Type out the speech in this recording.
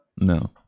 No